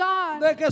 God